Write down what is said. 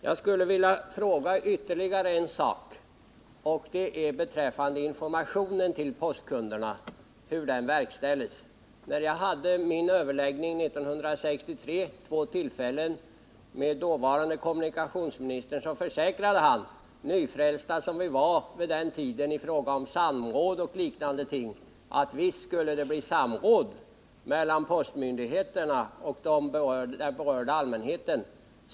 Jag skulle vilja ställa ytterligare en fråga, som gäller utformningen av informationen till postkunderna. När jag år 1973 vid två tillfällen överlade med dåvarande kommunikationsministern försäkrade han — nyfrälst som han vid den tiden liksom vi andra var i fråga om önskvärdheten av samråd — att det visst skulle bli samråd mellan postmyndigheterna och den berörda allmänheten.